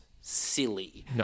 silly